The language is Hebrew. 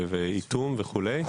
איטום וכולי.